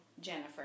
Jennifer